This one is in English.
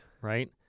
Right